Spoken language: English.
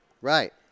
Right